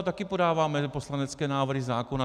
Taky podáváme poslanecké návrhy zákona.